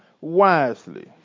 wisely